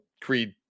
Creed